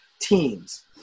teams